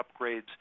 upgrades